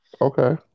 Okay